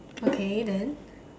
okay then